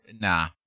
Nah